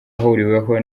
ahuriweho